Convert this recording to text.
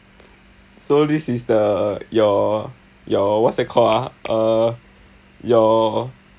so this is the your your what's that called ah uh your